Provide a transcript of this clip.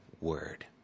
word